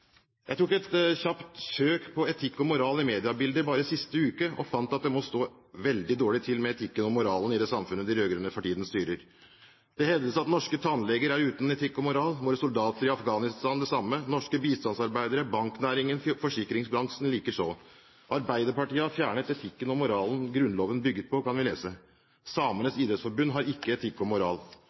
Jeg tok et kjapt søk på etikk og moral i mediebildet for bare siste uke, og fant at det må stå veldig dårlig til med etikken og moralen i det samfunnet de rød-grønne for tiden styrer. Det hevdes at norske tannleger er uten etikk og moral. Våre soldater i Afghanistan det samme. Norske bistandsarbeidere, banknæringen og forsikringsbransjen likeså. Arbeiderpartiet har fjernet etikken og moralen Grunnloven bygget på, kan vi lese. Samenes Idrettsforbund har ikke etikk og moral.